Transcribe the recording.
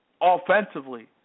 offensively